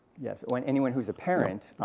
yeah, so and anyone who's a parent,